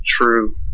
true